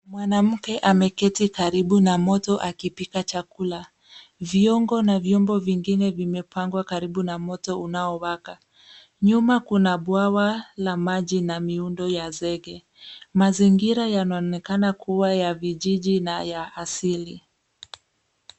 Mwanammke ameketi karibu na moto akipika chakula. Viungo na viyombo vingine vimepangwa karibu na moto unaowaka. Nyuma kuna bwawa la maji na miundo ya zege. Mazingira yanaonekana kuwa ya vijiji na ya asili.